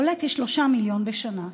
עולה כ-3 מיליון בשנה.